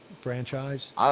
franchise